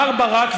מר ברק,